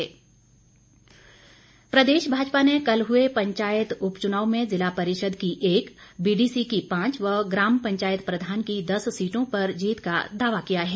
पंचायत उपचुनाव प्रदेश भाजपा ने कल हुए पंचायत उपचुनाव में जिला परिषद की एक बीडीसी की पांच व ग्राम पंचायत प्रधान की दस सीटों पर जीत का दावा किया है